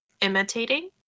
Imitating